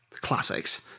Classics